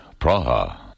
Praha